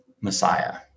Messiah